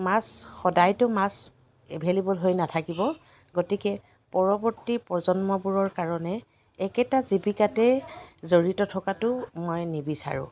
মাছ সদায়তো মাছ এভেইলেবোল হৈ নাথাকিব গতিকে পৰৱৰ্তী প্ৰজন্মবোৰৰ কাৰণে একেটা জীৱিকাতে জড়িত থকাটো মই নিবিচাৰোঁ